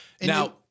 Now